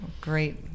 Great